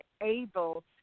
able